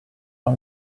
are